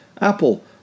Apple